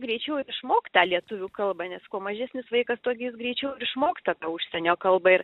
greičiau išmokt tą lietuvių kalbą nes kuo mažesnis vaikas tuo gi jis greičiau ir išmoksta tą užsienio kalbą ir